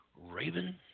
Raven